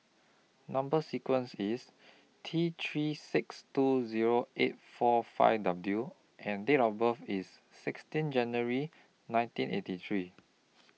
Number sequence IS T three six two Zero eight four five W and Date of birth IS sixteen January nineteen eighty three